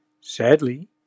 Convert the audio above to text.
Sadly